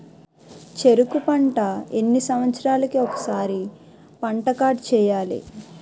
చెరుకు పంట ఎన్ని సంవత్సరాలకి ఒక్కసారి పంట కార్డ్ చెయ్యాలి?